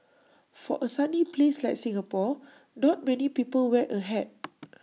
for A sunny place like Singapore not many people wear A hat